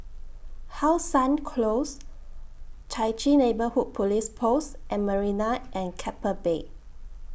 How Sun Close Chai Chee Neighbourhood Police Post and Marina At Keppel Bay